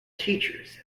teachers